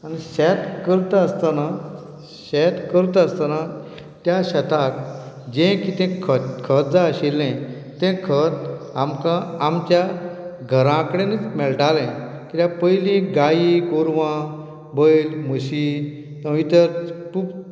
आनी शेत करतास्तना शेत करतास्ताना त्या शेताक जें कितें खत खत जाय आशिल्लें तें खत आमकां आमच्या घरा कडेनच मेळटालें कित्याक पयलीं गायी गोरवां बैल म्हशी थंय तर खूप